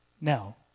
Now